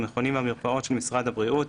המכונים והמרפאות של משרד הבריאות,